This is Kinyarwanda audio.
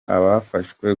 abafashwe